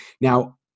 Now